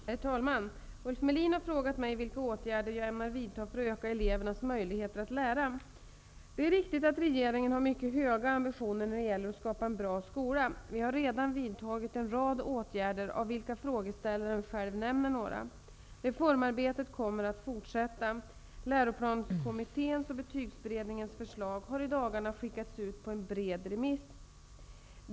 Herr talman! Ulf Melin har frågat mig vilka åtgärder jag ämnar vidta för att öka elevernas möjligheter att lära. Det är riktigt att regeringen har mycket höga ambitioner när det gäller att skapa en bra skola. Vi har redan vidtagit en rad åtgärder, av vilka frågeställaren själv nämner några. Reformarbetet kommer att fortsätta. Läroplanskommitténs och betygsberedningens förslag har i dagarna skickats ut på en bred remiss.